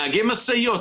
למשל נהגי משאיות.